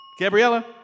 Gabriella